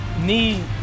need